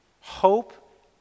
hope